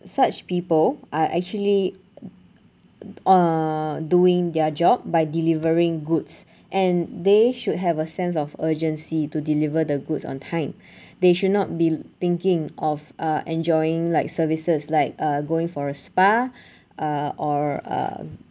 such people are actually err doing their job by delivering goods and they should have a sense of urgency to deliver the goods on time they should not be thinking of uh enjoying like services like uh going for a spa uh or uh